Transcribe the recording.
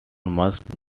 must